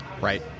Right